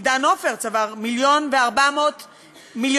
עידן עופר צבר 1.4 מיליארד דולר,